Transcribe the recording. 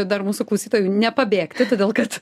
dar mūsų klausytojų nepabėgti todėl kad